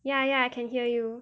ya ya I can hear you